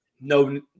no